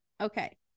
Okay